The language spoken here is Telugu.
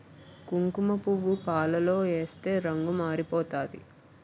కుంకుమపువ్వు పాలలో ఏస్తే రంగు మారిపోతాది